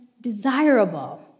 desirable